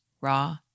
raw